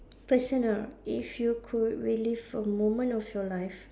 personal if you could relive a moment of your life